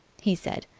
he said.